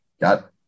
got